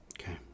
Okay